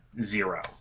zero